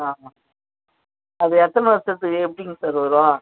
ஆ ஆ அது எத்தனை வருஷத்துக்கு எப்படிங்க சார் வரும்